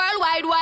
Worldwide